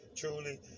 Truly